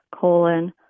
colon